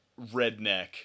redneck